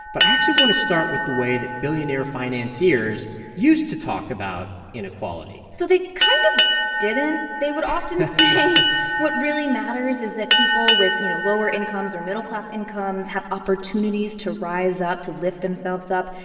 but i actually want to start with the way that billionaire financiers used to talk about inequality so they kind of didn't they would often say what really matters is that people with, you know, lower incomes or middle-class incomes have opportunities to rise up, to lift themselves up.